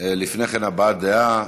לפני כן, הבעת דעה.